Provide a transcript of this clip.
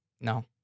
No